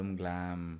glam